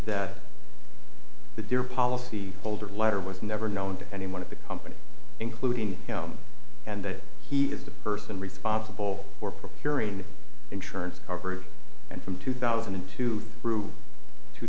that the dear policy holder letter was never known to anyone of the company including him and that he is the person responsible for procuring insurance coverage and from two thousand and two through two